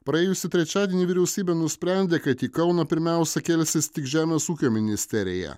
praėjusį trečiadienį vyriausybė nusprendė kad į kauną pirmiausia kelsis tik žemės ūkio ministerija